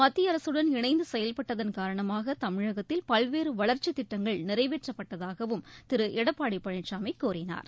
மத்திய அரசுடன் இணைந்து செயல்பட்டதன் காரணமாக தமிழகத்தில் பல்வேறு வளர்ச்சித் திட்டங்கள் நிறைவேற்றப்பட்டதாகவும் திரு எடப்பாடி பழனிசாமி கூறினார்